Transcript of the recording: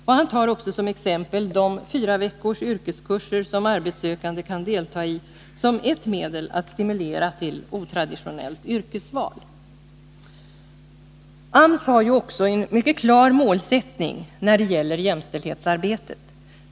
Och han nämner de fyra veckors yrkeskurser som arbetssökande kan delta i som exempel på medel att stimulera till otraditionellt yrkesval. AMS har ju också en mycket klar målsättning när det gäller jämställdhetsarbetet.